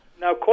Now